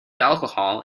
alcohol